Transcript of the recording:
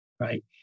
right